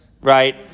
right